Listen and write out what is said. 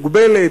מוגבלת,